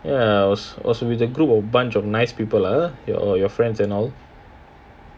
ya it wa~ was with a group of bunch of nice people ah you~ your friends and all